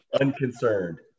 unconcerned